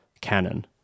Canon